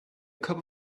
cup